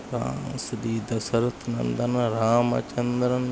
रामसुधी दशरथनन्दन रामचन्द्रम्